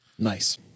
nice